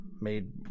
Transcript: made